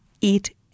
eat